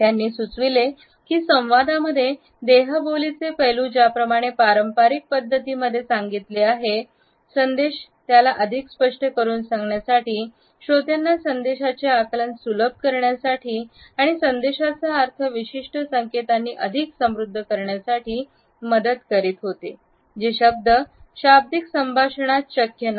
त्यांनी सुचविले की संवादामध्ये देहबोलीचे पैलू ज्याप्रमाणे पारंपारिक पद्धतीमध्ये सांगितले आहे संदेश आला अधिक स्पष्ट करून सांगण्यासाठी श्रोत्यांना संदेशाचे आकलन सुलभ करण्यासाठी आणि संदेशाचा अर्थ विशिष्ट संकेतांनी अधिक समृद्ध करण्यासाठी मदत करीत होते जे फक्त शाब्दिक संभाषणात शक्य नाही